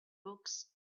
books